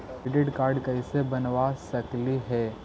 Credit card कैसे बनबा सकली हे?